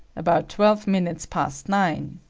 about twelve minutes past nine,